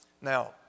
Now